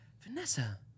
Vanessa